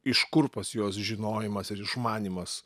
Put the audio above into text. iš kur pas juos žinojimas ir išmanymas